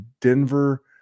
Denver